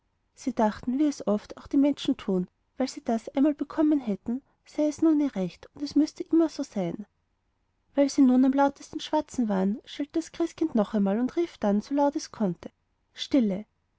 sie dachten wie es oft auch die menschen tun weil sie das einmal bekommen hätten sei es nun ihr recht und es müsse immer so sein wie sie nun im lautesten schwatzen waren schellte das christkind noch einmal und rief dann so laut es konnte stille